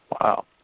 Wow